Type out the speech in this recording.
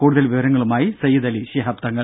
കൂടുതൽ വിവരങ്ങളുമായി സയ്യിദ് അലി ശിഹാബ് തങ്ങൾ